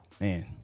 man